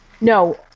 no